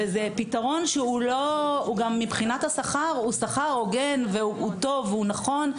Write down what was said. וזה פתרון שגם מבחינת השכר הוא שכר הגון וטוב ונכון,